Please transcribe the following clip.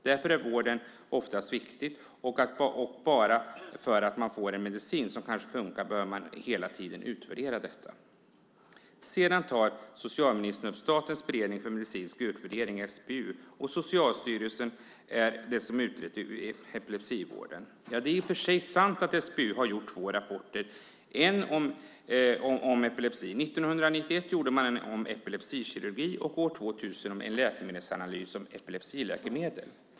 Därför är vården oftast viktig. Fastän man får en medicin som kanske fungerar behöver man hela tiden utvärdera detta. Sedan tar socialministern upp Statens beredning för medicinsk utvärdering, SBU, och att Socialstyrelsen är den myndighet som utrett epilepsivården. Det är i och för sig sant att SBU har gjort två rapporter om epilepsi. År 1991 gjorde man en rapport om epilepsikirurgi och år 2000 en läkemedelsanalys om epilepsiläkemedel.